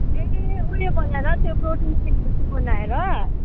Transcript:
ए उयो बनाएर त्यो प्रोटिन सेकजस्तो बनाएर